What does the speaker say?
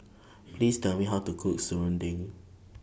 Please Tell Me How to Cook Serunding